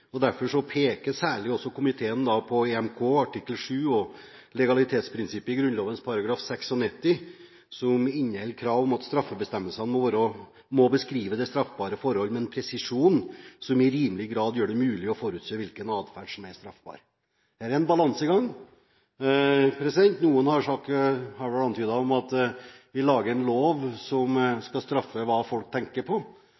det. Derfor peker komiteen særlig på at «EMK artikkel 7 og legalitetsprinsippet i Grunnloven § 96 inneholder et krav om at straffebestemmelser må beskrive det straffbare forholdet med en presisjon som i rimelig grad gjør det mulig å forutse hvilken atferd som er straffbar.» Det er en balansegang. Noen har antydet at vi lager en lov som skal straffe hva folk tenker på.